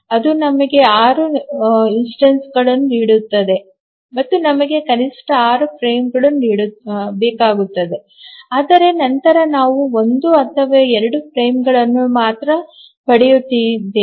ಅದು ನಮಗೆ 6 ನಿದರ್ಶನಗಳನ್ನು ನೀಡುತ್ತದೆ ಮತ್ತು ನಮಗೆ ಕನಿಷ್ಠ 6 ಫ್ರೇಮ್ಗಳು ಬೇಕಾಗುತ್ತವೆ ಆದರೆ ನಂತರ ನಾವು 1 ಅಥವಾ 2 ಫ್ರೇಮ್ಗಳನ್ನು ಮಾತ್ರ ಪಡೆಯುತ್ತಿದ್ದೇವೆ